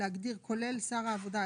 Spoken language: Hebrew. להגדיר כולל שר העבודה,